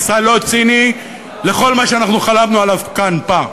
הלא-ציני לכל מה שאנחנו חלמנו עליו כאן פעם.